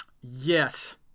yes